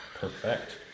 Perfect